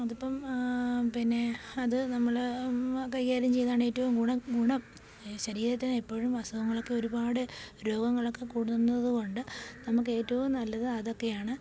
അതിപ്പോള് പിന്നെ അത് നമ്മള് കൈകാര്യം ചെയ്യുന്നെ ആണ് ഏറ്റവും ഗുണം ഗുണം ശരീരത്തിനെപ്പോഴും അസുഖങ്ങളൊക്കെ ഒരുപാട് രോഗങ്ങളൊക്കെ കൂടുന്നതുകൊണ്ട് നമുക്കേറ്റവും നല്ലത് അതൊക്കെയാണ്